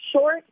short